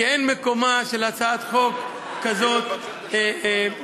כי אין מקומה של הצעת חוק כזאת בכנסת.